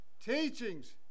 Teachings